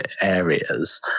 areas